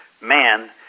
man